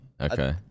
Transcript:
Okay